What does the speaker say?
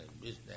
business